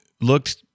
looked